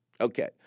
Okay